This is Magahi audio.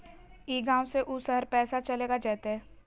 ई गांव से ऊ शहर पैसा चलेगा जयते?